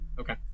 Okay